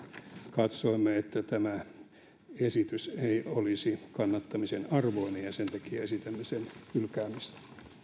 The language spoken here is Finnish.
katsoimme että tämä esitys ei olisi kannattamisen arvoinen ja ja sen takia esitämme sen hylkäämistä